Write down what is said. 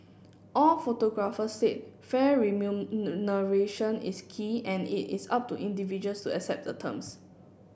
all photographers said fair remuneration is key and it is up to individuals to accept the terms